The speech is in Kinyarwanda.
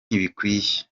ntibikwiye